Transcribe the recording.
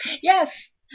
Yes